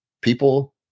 people